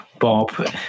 Bob